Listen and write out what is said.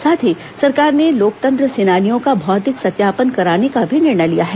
साथ ही सरकार ने लोकतंत्र सेनानियों का भौतिक सत्यापन कराने का भी निर्णय लिया है